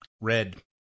red